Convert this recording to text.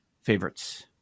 favorites